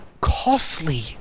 costly